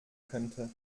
könnte